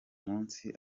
munsi